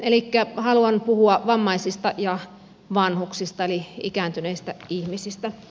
elikkä haluan puhua vammaisista ja vanhuksista eli ikääntyneistä ihmisistä